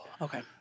Okay